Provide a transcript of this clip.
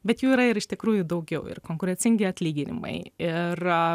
bet jų yra ir iš tikrųjų daugiau ir konkurencingi atlyginimai ir